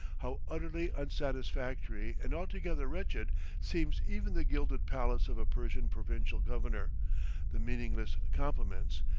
how utterly unsatisfactory and altogether wretched seems even the gilded palace of a persian provincial governor the meaningless compliments,